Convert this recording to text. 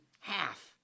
half